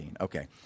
Okay